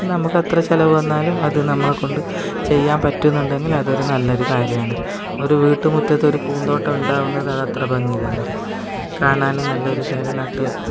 നമുക്കെത്ര ചിലവ് വന്നാലും അത് നമ്മളെ കൊണ്ട് ചെയ്യാൻ പറ്റുന്നുണ്ടെങ്കിൽ അതൊരു നല്ലൊരു കാര്യമാണ് ഒരു വീട്ടുമുറ്റത്തൊരു പൂന്തോട്ടം ഉണ്ടാവുന്നത് അതത്ര ഭംഗി തന്നെ കാണാനും നല്ലൊരു ചേന നട്ടു